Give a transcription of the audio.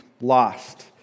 lost